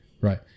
right